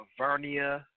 Vernia